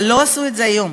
אבל לא עשו את זה עד היום.